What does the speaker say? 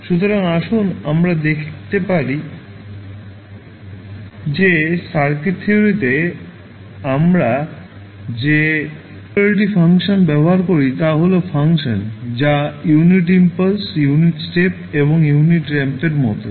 সুতরাং আসুন আমরা দেখতে পারি যে সার্কিট থিওরিতে আমরা যে সিঙ্গুলারিটি ফাংশন ব্যবহার করি তা হল ফাংশন যা ইউনিট ইম্পালস ইউনিট স্টেপ এবং ইউনিট র্যাম্পের মতো